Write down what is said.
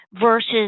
Versus